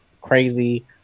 crazy